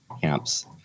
camps